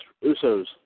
Uso's